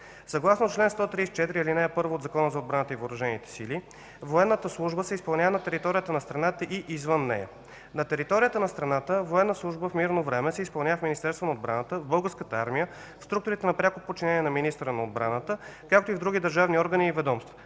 Съгласно чл. 134, ал. 1 от Закона за отбраната и въоръжените сили на Република България военната служба се изпълнява на територията на страната и извън нея. На територията на страната военната служба в мирно време се изпълнява в Министерството на отбраната, в Българската армия, в структурите на пряко подчинение на министъра на отбраната, както и в други държавни органи и ведомства,